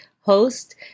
host